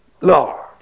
Lord